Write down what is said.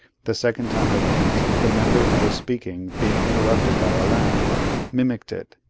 the second time i went, the member who was speaking, being interrupted by a laugh mimicked it,